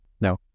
No